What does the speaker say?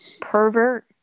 pervert